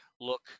look